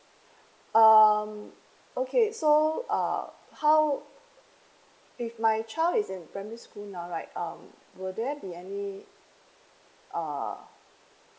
um okay so err how if my child is in primary school now right um will there be any uh